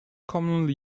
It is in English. commonly